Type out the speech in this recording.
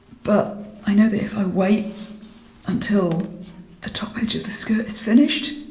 but i know that if i wait until the top edge of the skirt is finished,